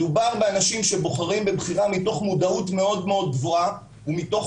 מדובר באנשים שבוחרים בחירה מתוך מודעות מאוד מאוד גבוהה ומתוך